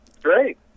Great